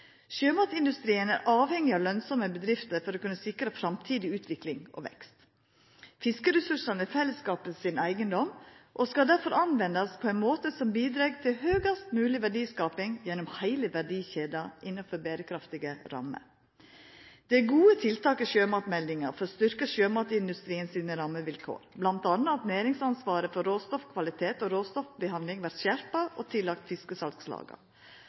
Sjømatindustrien er avhengig av lønsame bedrifter for å kunna sikra framtidig utvikling og vekst. Fiskeressursane er fellesskapet sin eigedom og skal derfor brukast på ein måte som bidreg til høgast mogleg verdiskaping gjennom heile verdikjeda, innanfor berekraftige rammer. Det er gode tiltak i sjømatmeldinga for å styrkja sjømatindustrien sine rammevilkår, m.a. at næringsansvaret for råstoffkvalitet og råstoffbehandling vert skjerpa og lagt til fiskesalslaga